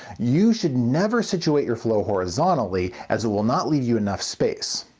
you should never situate your flow horizontally, as it will not leave you enough space.